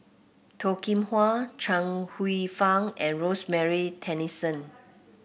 Toh Kim Hwa Chuang Hsueh Fang and Rosemary Tessensohn